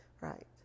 right